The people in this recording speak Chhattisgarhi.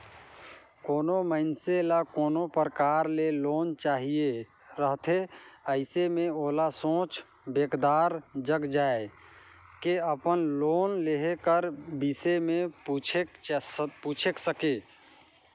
कोनो मइनसे ल कोनो परकार ले लोन चाहिए रहथे अइसे में ओला सोझ बेंकदार जग जाए के अपन लोन लेहे कर बिसे में पूइछ सके